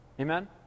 Amen